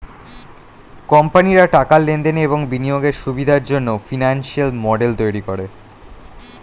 কোম্পানিরা টাকার লেনদেনের এবং বিনিয়োগের সুবিধার জন্যে ফিনান্সিয়াল মডেল তৈরী করে